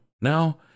now